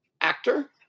actor